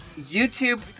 YouTube